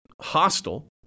hostile